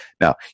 Now